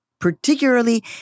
particularly